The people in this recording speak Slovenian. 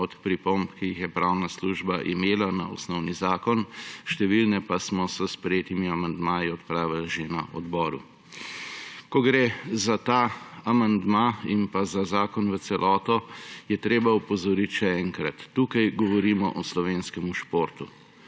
od pripomb, ki jih je pravna služba imela na osnovni zakon, številne pa smo s sprejetimi amandmaji odpravili že na odboru. Ko gre za ta amandma in pa za zakon v celoti, je treba opozoriti še enkrat, tukaj govorimo o slovenskem športu.